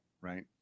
Right